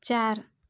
चार